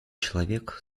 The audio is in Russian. человек